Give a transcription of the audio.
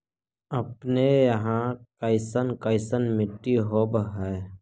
अपने यहाँ कैसन कैसन मिट्टी होब है?